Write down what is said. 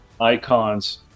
icons